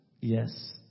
yes